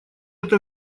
это